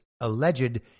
alleged